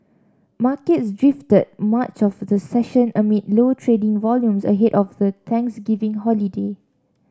markets drifted much of the session amid low trading volumes ahead of the Thanksgiving holiday